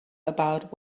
about